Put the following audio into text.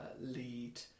lead